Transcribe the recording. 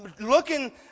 Looking